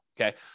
okay